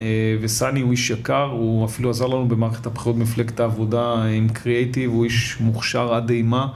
אה... וסאני הוא איש יקר, הוא אפילו עזר לנו במערכת הבחירות במפלגת העבודה עם קריאיטיב, הוא איש מוכשר עד אימה.